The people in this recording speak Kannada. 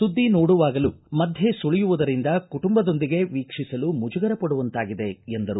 ಸುದ್ದಿ ನೋಡುವಾಗಲೂ ಮಧ್ದೆ ಸುಳಿಯುವುದರಿಂದ ಕುಟುಂಬದೊಂದಿಗೆ ವೀಕ್ಷಿಸಲು ಮುಜುಗರ ಪಡುವಂತಾಗಿದೆ ಎಂದರು